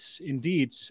indeed